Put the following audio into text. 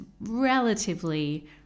relatively